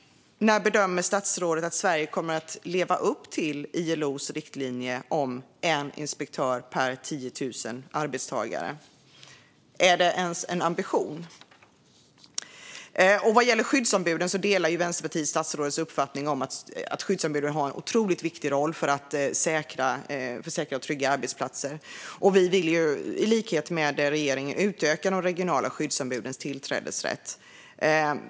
När bedömer statsrådet att Sverige kommer att leva upp till ILO:s riktlinje om en inspektör per 10 000 arbetstagare? Är det ens en ambition? Vänsterpartiet delar statsrådets uppfattning att skyddsombuden har en otroligt viktig roll för säkra och trygga arbetsplatser. Vi vill i likhet med regeringen utöka de regionala skyddsombudens tillträdesrätt.